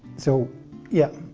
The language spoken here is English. so yep.